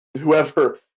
whoever